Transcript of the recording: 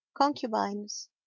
concubines